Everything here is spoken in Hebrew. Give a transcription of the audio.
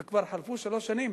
וכבר חלפו שלוש שנים,